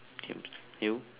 games you